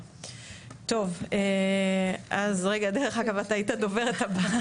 דרך אגב, את היית הדוברת הבאה.